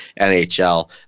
NHL